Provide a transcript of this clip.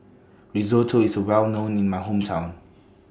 Risotto IS Well known in My Hometown